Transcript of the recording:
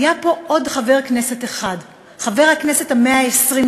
היה פה עוד חבר כנסת אחד, חבר הכנסת ה-121,